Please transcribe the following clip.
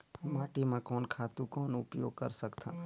माटी म कोन खातु कौन उपयोग कर सकथन?